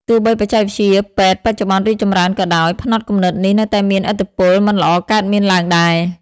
ទោះបីបច្ចេកវិទ្យាពេទ្យបច្ចុប្បន្នរីកចម្រើនក៏ដោយ ផ្នត់គំនិតនេះនៅតែមានឥទ្ធិពលមិនល្អកើតមានឡើងដែរ ។